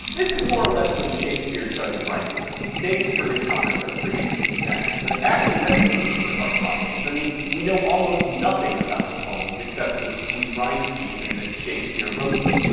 this is more or less when shakespeare started writing them. dates for his sonnets are pretty inexact, but actually that's the least of our problems. i mean, we know almost nothing about the poems, except the sweet rhyme scheme. and that shakespeare wrote them.